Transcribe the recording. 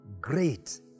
great